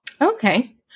Okay